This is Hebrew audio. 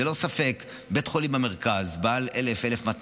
ללא ספק בית חולים במרכז בעל 1,000,